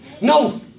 No